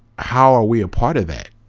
how are we a part of that.